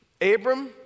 Abram